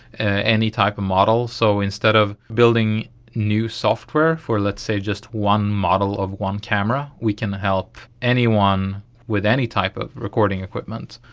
ah any type of model. so instead of building new software for, let's say, just one model of one camera, we can help anyone with any type of recording equipment,